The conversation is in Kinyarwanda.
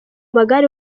magare